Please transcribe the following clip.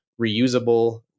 reusable